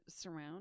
surround